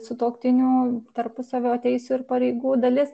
sutuoktinių tarpusavio teisių ir pareigų dalis